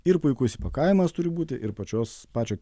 ir puikus įpakavimas turi būti ir pačios pačio